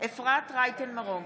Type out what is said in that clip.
אפרת רייטן מרום,